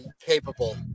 capable